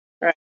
Right